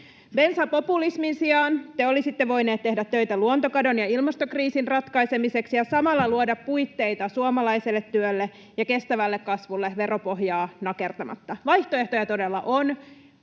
Bensapopulismin sijaan te olisitte voineet tehdä töitä luontokadon ja ilmastokriisin ratkaisemiseksi ja samalla luoda puitteita suomalaiselle työlle ja kestävälle kasvulle veropohjaa nakertamatta. Vaihtoehtoja todella on.